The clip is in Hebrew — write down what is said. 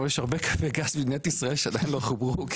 אבל יש הרבה קוי גז במדינת ישראל שעדיין לא חוברו.